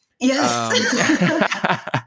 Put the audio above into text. Yes